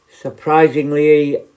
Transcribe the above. surprisingly